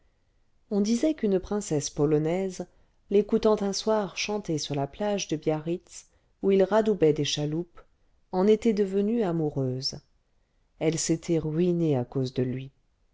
on disait qu'une princesse polonaise l'écoutant un soir chanter sur la plage de biarritz où il radoubait des chaloupes en était devenue amoureuse elle s'était ruinée à cause de lui